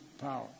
power